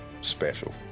special